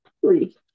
three